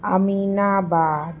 Aminabad